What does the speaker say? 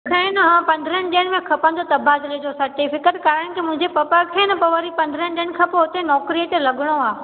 रखा आहिनि पंद्रहां ॾींहंनि में खपंदो तबादिले जो सर्टिफ़िकेट कारण के मुंहिंजे पपा खे न पोइ वरी पंद्रहंनि ॾींहंनि खां पोइ हुते नौकरीअ ते लॻिणो आहे